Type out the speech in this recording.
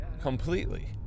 completely